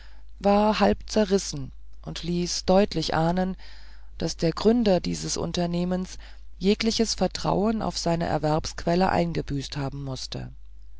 war halb zerrissen und ließ deutlich ahnen daß der gründer dieses unternehmens jegliches vertrauen auf seine erwerbsquelle eingebüßt haben mußte